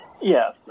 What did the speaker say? Yes